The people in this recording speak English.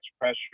pressure